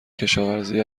کشاوزی